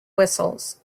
whistles